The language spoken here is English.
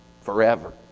forever